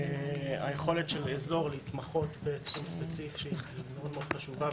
היכולת של אזור להתמחות בטים ספציפי היא מאוד מאוד חשובה,